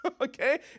okay